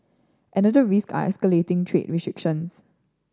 another risk are escalating trade restrictions